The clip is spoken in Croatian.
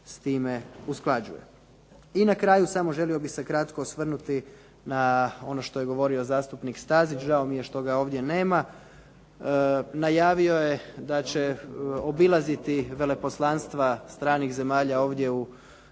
s time usklađuje. I na kraju želio bih se kratko osvrnuti na ono što je govorio zastupnik Stazić. Žao mi je što ga ovdje nema. Najavio je da će obilaziti veleposlanstva stranih zemalja ovdje u